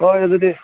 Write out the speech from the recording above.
ꯍꯣꯏ ꯑꯗꯨꯗꯤ